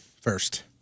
first